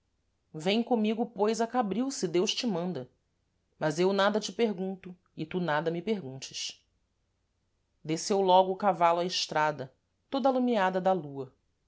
vem comigo pois a cabril se deus te manda mas eu nada te pergunto e tu nada me perguntes desceu logo o cavalo à estrada toda alumiada da lua